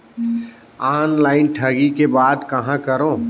Online ठगी के बाद कहां करों?